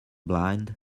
blind